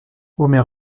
omer